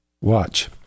Watch